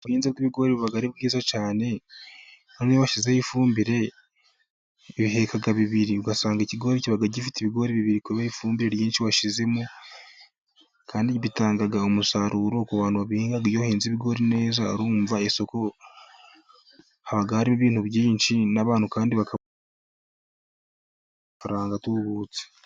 Ubuhinzi bw'ibigori buba ari bwiza cyane. Noneho iyo bashyizeho ifumbire, biheka bibiri. ugasanga ikigori kiba gifite ibigori bibiri kubera ifumbire ryinshi washyizemo, kandi bitanga umusaruro. Ku bantu babihinga. Iyo wahinze ibigori, urumva haba ibintu byinshi, N'abantu kandi bakabona amafaranga atubutse.